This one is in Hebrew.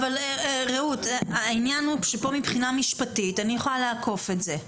העניין הוא שכאן מבחינה משפטית אני יכולה לעקוף את זה.